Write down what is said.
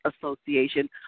Association